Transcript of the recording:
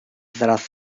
zaraz